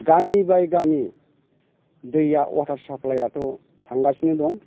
गामि बाइ गामि दैआ वाटार साफ्लाइ याथ' थांगासिनो दं